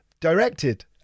directed